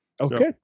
Okay